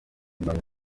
byanjye